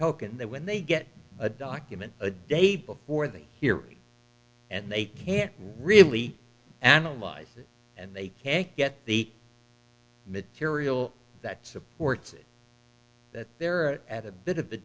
token they when they get a document a day before the hearing and they can't really analyze and they can't get the material that supports that they're at a bit of a